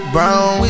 Brown